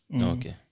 Okay